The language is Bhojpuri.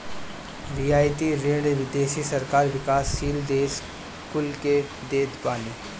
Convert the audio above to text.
रियायती ऋण विदेशी सरकार विकासशील देस कुल के देत बानी